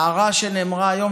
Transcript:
ההערה שנאמרה היום,